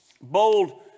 Bold